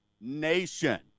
Nation